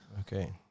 Okay